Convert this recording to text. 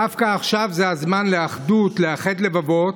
דווקא עכשיו זה הזמן לאחדות, לאחד לבבות.